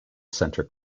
centre